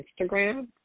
Instagram